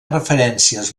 referències